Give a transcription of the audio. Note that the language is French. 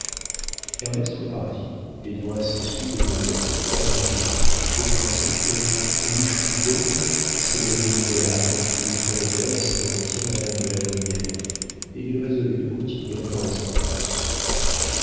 duc ernest repartit ayant assez vu de modeste pour en rêver pour penser que riche ou pauvre si elle avait une belle âme il ferait d'elle assez volontiers madame de la brière et il résolut de continuer la correspondance